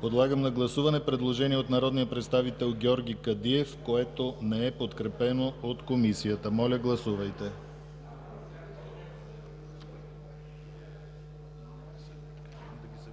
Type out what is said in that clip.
Подлагам на гласуване предложението от народния представител Георги Кадиев, което не е подкрепено от Комисията. Гласували 82